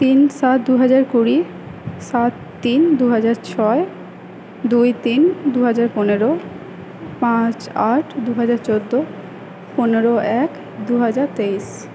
তিন সাত দুহাজার কুড়ি সাত তিন দুজাহার ছয় দুই তিন দুহাজার পনেরো পাঁচ আট দুহাজার চোদ্দো পনেরো এক দুহাজার তেইশ